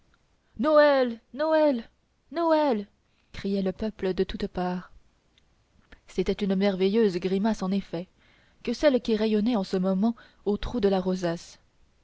noël noël noël criait le peuple de toutes parts c'était une merveilleuse grimace en effet que celle qui rayonnait en ce moment au trou de la rosace